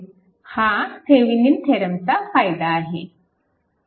हा थेविनिन थेरमचा फायदा आहे